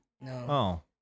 No